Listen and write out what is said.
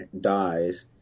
dies